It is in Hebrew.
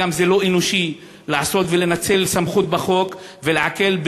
זה לא אנושי לנצל סמכות בחוק ולעקל,